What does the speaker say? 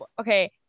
okay